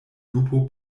lupo